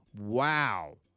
Wow